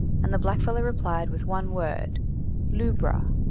and the blackfellow replied with one word lubra.